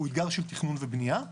הוא אתגר של תכנון ובנייה,